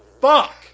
fuck